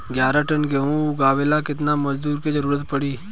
ग्यारह टन गेहूं उठावेला केतना मजदूर के जरुरत पूरी?